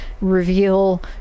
reveal